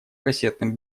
кассетным